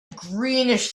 greenish